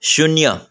शून्य